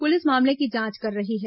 police मामले की जांच कर रही है